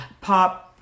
pop